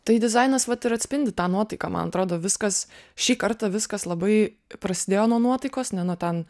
tai dizainas vat ir atspindi tą nuotaiką man atrodo viskas šį kartą viskas labai prasidėjo nuo nuotaikos ne nuo ten